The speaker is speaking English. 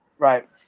Right